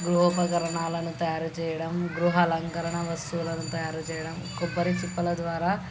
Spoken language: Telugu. గృహోపకరణాలను తయారు చేయడం గృహాలంకరణ వస్తువులను తయారు చేయడం కొబ్బరి చిప్పల ద్వారా